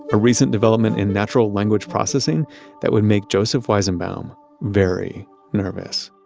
a recent development in natural language processing that would make joseph weizenbaum very nervous.